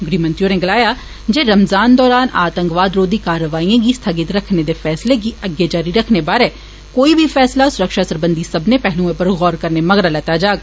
गृह मंत्री होरें गलाया जे रमज़ान दौरान आतंकवाद रोधी कार्रवाईएं गी स्थगित रक्खने दे फैसले गी अग्गे जारी रक्खने बारै कोई बी फैसला सुरक्षा सरबंधी सब्मने पैहलुए उप्पर गौर करने मगरा लैता जाग